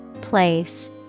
Place